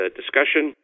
discussion